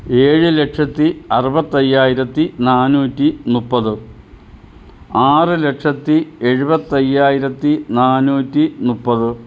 ഏഴ് ലക്ഷത്തി അറുപത്തയ്യായിരത്തി നാന്നൂറ്റി മുപ്പത്തി ആറ് ലക്ഷത്തി എഴുപത്തയ്യായിരത്തി നാന്നൂറ്റി മുപ്പത്